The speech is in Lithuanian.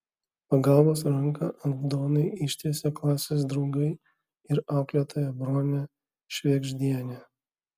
pagalbos ranką aldonai ištiesė klasės draugai ir auklėtoja bronė švėgždienė